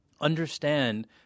understand